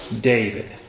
David